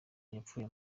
yapfuye